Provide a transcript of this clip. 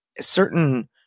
certain